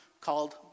called